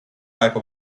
type